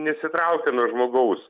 nesitraukia nuo žmogaus